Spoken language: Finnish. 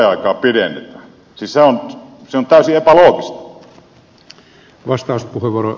siis se on täysin epäloogista